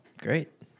great